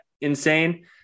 insane